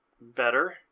better